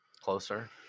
Closer